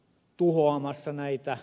puuamassa näitä